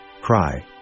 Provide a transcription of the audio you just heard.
Cry